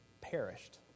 perished